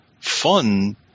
fun